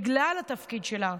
בגלל התפקיד שלה,